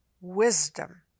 wisdom